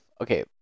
Okay